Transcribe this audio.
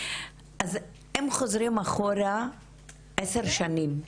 הם חוזרים אחורה עשר שנים,